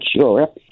sure